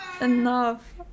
Enough